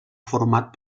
format